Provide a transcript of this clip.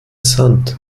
sand